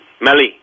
Melly